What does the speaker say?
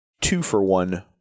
two-for-one